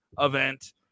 event